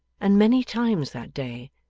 and many times that day,